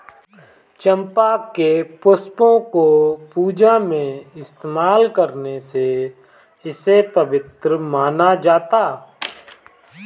चंपा के पुष्पों को पूजा में इस्तेमाल करने से इसे पवित्र माना जाता